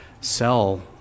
sell